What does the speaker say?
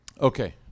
Okay